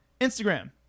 Instagram